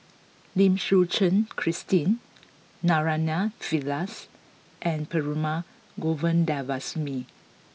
Lim Suchen Christine Naraina Pillai and Perumal Govindaswamy